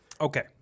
Okay